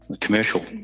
commercial